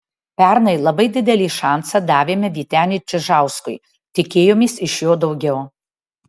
pernai labai didelį šansą davėme vyteniui čižauskui tikėjomės iš jo daugiau